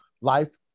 life